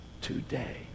today